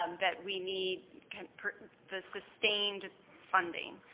um that we need kind of the sustained funding.